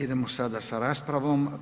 Idemo sada sa raspravom.